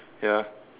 ya